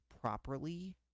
properly